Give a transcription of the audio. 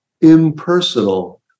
impersonal